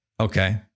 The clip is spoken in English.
Okay